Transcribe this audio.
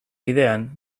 bidean